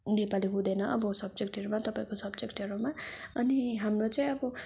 नेपाली हुँदैन अब सब्जेक्टहरूमा तपाईँको सब्जेक्टहरूमा अनि हाम्रो चाहिँ अब